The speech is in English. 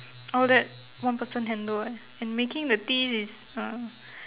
all that one person handle leh and making the teas is not